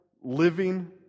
living